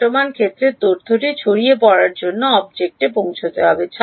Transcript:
ঘটমান ক্ষেত্রের তথ্যটি ছড়িয়ে পড়ার জন্য অবজেক্টে পৌঁছাতে হবে